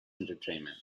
entertainment